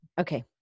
okay